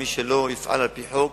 ומי שלא יפעל על-פי חוק